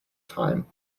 time